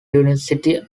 university